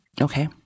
Okay